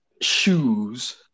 shoes